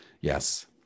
yes